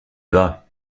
vas